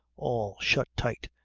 all shut tight,